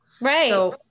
Right